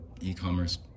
e-commerce